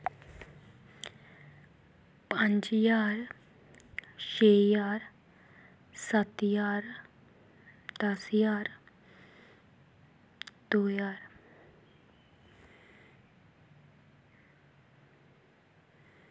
पंज ज्हार छे ज्हार सत्त ज्हार दस ज्हार दो ज्हार